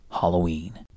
Halloween